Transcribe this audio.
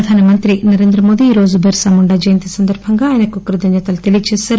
ప్రధానమంత్రి నరేంద్రమోదీ ఈరోజు బిర్పా ముండా వ జయంతి సందర్బంగా ఆయనకు కృతజ్ఞతలు తెలియచేశారు